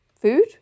food